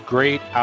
Great